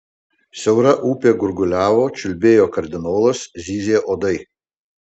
siaura upė gurguliavo čiulbėjo kardinolas zyzė uodai